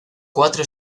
cuatro